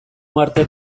uharte